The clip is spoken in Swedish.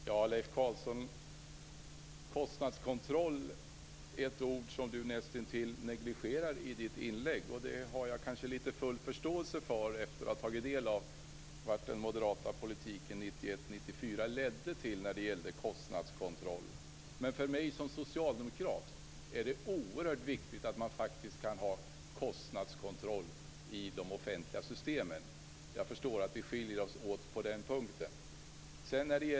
Fru talman! Ordet kostnadskontroll är något som Leif Carlson näst intill negligerar i sitt inlägg. Det har jag kanske full förståelse för efter att ha tagit del av uppgifter om vart den moderata politiken åren 1991 1994 ledde när det gäller kostnadskontroll. För mig som socialdemokrat är det oerhört viktigt att faktiskt kunna ha kostnadskontroll i de offentliga systemen; jag förstår att vi skiljer oss åt på den punkten.